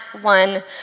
one